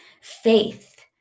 faith